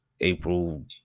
April